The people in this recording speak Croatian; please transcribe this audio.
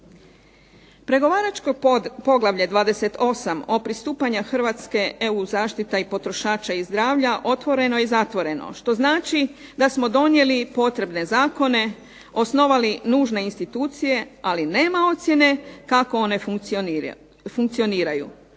Pregovaračko poglavlje 28. o pristupanju Hrvatske EU zaštita i potrošača i zdravlja otvoreno i zatvoreno što znači da smo donijeli potrebne zakone, osnovali nužne institucije, ali nema ocjene kako one funkcioniraju.